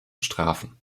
strafen